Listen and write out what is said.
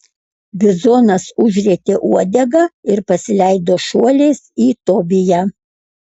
bizonas užrietė uodegą ir pasileido šuoliais į tobiją